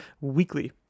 weekly